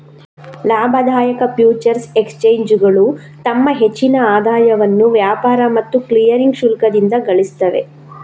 ಲಾಭದಾಯಕ ಫ್ಯೂಚರ್ಸ್ ಎಕ್ಸ್ಚೇಂಜುಗಳು ತಮ್ಮ ಹೆಚ್ಚಿನ ಆದಾಯವನ್ನ ವ್ಯಾಪಾರ ಮತ್ತು ಕ್ಲಿಯರಿಂಗ್ ಶುಲ್ಕದಿಂದ ಗಳಿಸ್ತವೆ